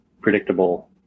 predictable